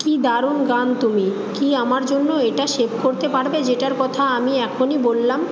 কি দারুণ গান তুমি কি আমার জন্য এটা সেভ করতে পারবে যেটার কথা আমি এখনই বললাম